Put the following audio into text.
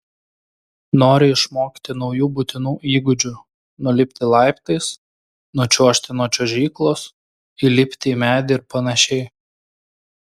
nori išmokti naujų būtinų įgūdžių nulipti laiptais nučiuožti nuo čiuožyklos įlipti į medį ir panašiai